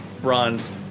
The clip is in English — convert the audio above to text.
Bronze